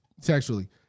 Sexually